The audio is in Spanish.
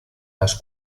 las